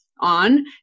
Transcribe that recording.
on